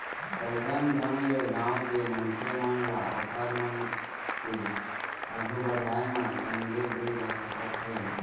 कइसन ढंग ले गाँव के मनखे मन ल ओखर मन के आघु बड़ाय म संग दे जा सकत हे